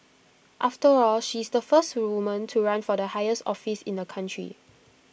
after all she's the first woman to run for the highest office in the country